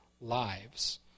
lives